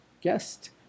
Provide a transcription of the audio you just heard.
guest